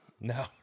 No